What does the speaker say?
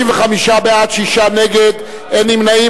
55 בעד, שישה נגד, אין נמנעים.